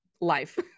life